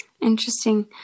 Interesting